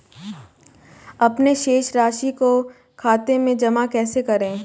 अपने शेष राशि को खाते में जमा कैसे करें?